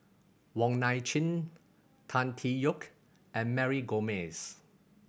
Wong Nai Chin Tan Tee Yoke and Mary Gomes